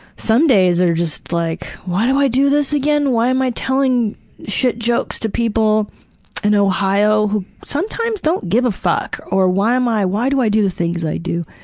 some days are just like, why do i do this again? why am i telling shit jokes to people in ohio who sometimes don't give a fuck? or why am i why do i do the things i do?